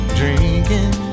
drinking